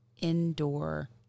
indoor